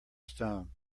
stone